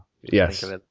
Yes